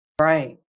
right